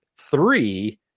three